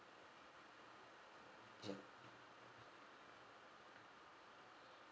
okay